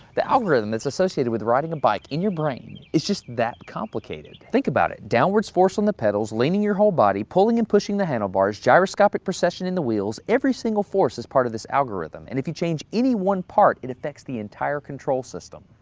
the algorithm that's associated with riding a bike, in your brain, is just that complicated. think about it. downwards force on the pedals, leaning your whole body, pulling and pushing the handlebars, gyroscopic procession in the wheels, every single force is part of this algorithm. and if you change any one part it affects the entire control system.